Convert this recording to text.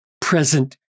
present